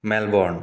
Melbourne